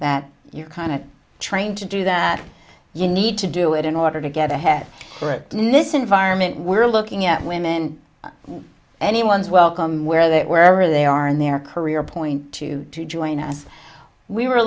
that you kind of trained to do that you need to do it in order to get ahead in this environment we're looking at women anyone's welcome where that wherever they are in their career point to to join us we were